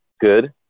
good